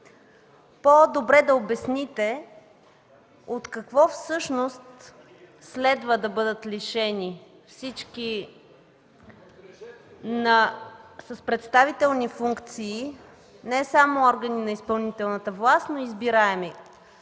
по-добре да обясните от какво следва да бъдат лишени всички с представителни функции – не само органи на изпълнителната власт, но и избираеми.